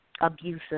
abusive